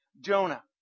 Jonah